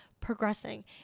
progressing